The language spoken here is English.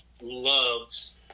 loves